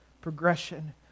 progression